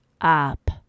up